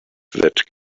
that